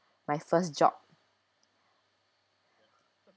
my first job